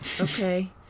Okay